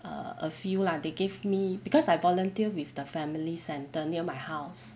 err a few lah they gave me because I volunteer with the family centre near my house